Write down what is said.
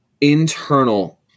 internal